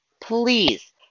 please